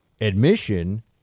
admission